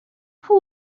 حرفها